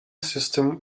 system